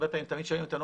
הרבה פעמים שואלים אותנו,